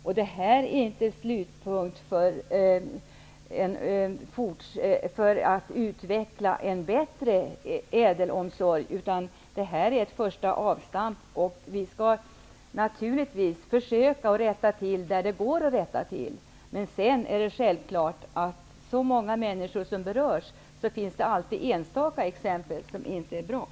Vi har inte nått slutpunkten vad beträffar utvecklingen av en bättre äldreomsorg. Reformen är ett första avstamp. Vi skall naturligtvis försöka att rätta till det som går att rätta till. Det kommer självfallet alltid att finnas enstaka exempel på dålig omsorg när så många människor berörs.